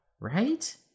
right